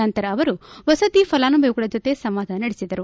ನಂತರ ಅವರು ವಸತಿ ಫಲಾನುಭವಿಗಳ ಜೊತೆ ಸಂವಾದ ನಡೆಸಿದರು